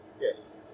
Yes